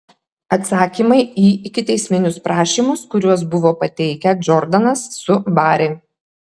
atsakymai į ikiteisminius prašymus kuriuos buvo pateikę džordanas su bari